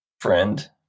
friend